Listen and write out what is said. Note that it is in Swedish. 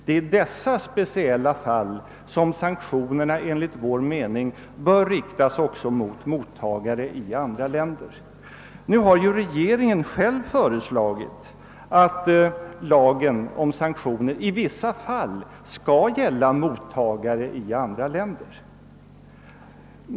Det är i dessa speciella fall som sanktionerna enligt vår uppfattning bör riktas också mot mottagare i andra länder. Nu har ju regeringen själv föreslagit, att lagen om sanktioner i vissa fall skall gälla mottagare i andra länder.